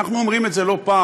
אנחנו אומרים את זה לא פעם,